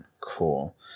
Cool